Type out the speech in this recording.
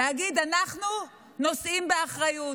להגיד: אנחנו נושאים באחריות,